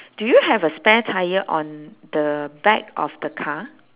do you have a spare tyre on the back of the car